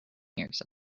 years